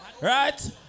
right